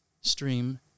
stream